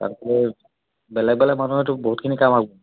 বেলেগ বেলেগ মানুহেতো বহুতখিনি কাম